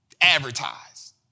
advertise